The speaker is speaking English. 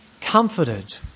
comforted